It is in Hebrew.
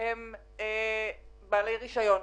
הם בעלי רישיון,